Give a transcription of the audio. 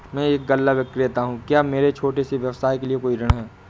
मैं एक गल्ला विक्रेता हूँ क्या मेरे छोटे से व्यवसाय के लिए कोई ऋण है?